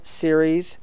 series